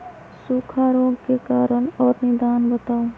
सूखा रोग के कारण और निदान बताऊ?